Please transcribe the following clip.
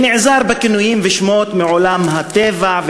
ונעזר בכינויים ושמות מעולם הטבע,